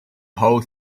whole